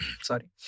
Sorry